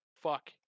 fuck